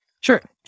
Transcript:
Sure